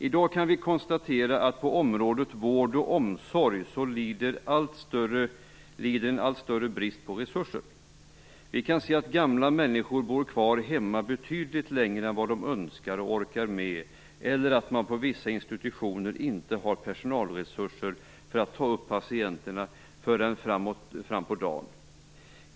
I dag kan vi konstatera att området vård och omsorg kommit att lida en allt större brist på resurser. Vi kan se att gamla människor bor kvar hemma betydligt längre än de önskar och orkar med eller att man på vissa institutioner inte har personalresurser för att ta upp patienterna förrän fram på dagen.